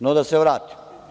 No, da se vratim.